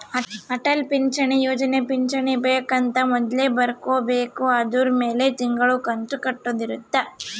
ಅಟಲ್ ಪಿಂಚಣಿ ಯೋಜನೆ ಪಿಂಚಣಿ ಬೆಕ್ ಅಂತ ಮೊದ್ಲೇ ಬರ್ಕೊಬೇಕು ಅದುರ್ ಮೆಲೆ ತಿಂಗಳ ಕಂತು ಕಟ್ಟೊದ ಇರುತ್ತ